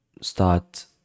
start